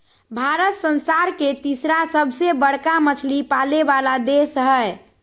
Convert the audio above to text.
भारत संसार के तिसरा सबसे बडका मछली पाले वाला देश हइ